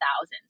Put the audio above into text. thousands